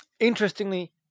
Interestingly